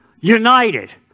United